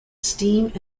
steamed